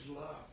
love